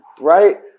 right